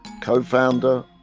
co-founder